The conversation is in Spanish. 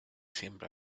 siembra